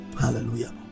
Hallelujah